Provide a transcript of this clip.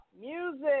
music